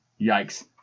yikes